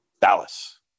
Dallas